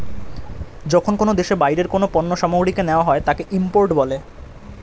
যখন কোনো দেশে বাইরের কোনো পণ্য সামগ্রীকে নেওয়া হয় তাকে ইম্পোর্ট বলে